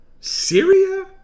syria